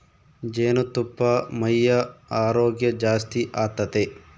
ಜೇನುತುಪ್ಪಾ ಮೈಯ ಆರೋಗ್ಯ ಜಾಸ್ತಿ ಆತತೆ